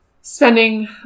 spending